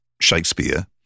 Shakespeare